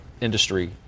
industry